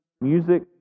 music